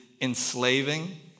enslaving